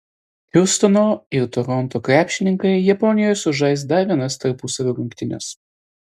hjustono ir toronto krepšininkai japonijoje sužais dar vienas tarpusavio rungtynes